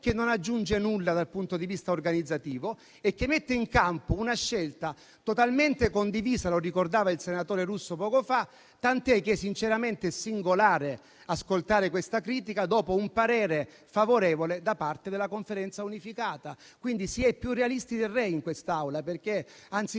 che non aggiunge nulla dal punto di vista organizzativo e che mette in campo una scelta totalmente condivisa - lo ricordava il senatore Russo poco fa -, tant'è che sinceramente è singolare ascoltare questa critica dopo un parere favorevole da parte della Conferenza unificata. Quindi, si è più realisti del re in quest'Aula, perché, anziché